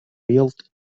billed